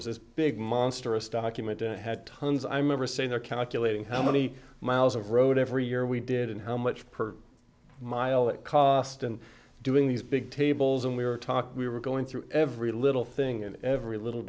was this big monstrous document and had tons i remember saying they're calculating how many miles of road every year we did and how much per mile it cost and doing these big tables and we were talking we were going through every little thing and every little